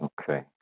Okay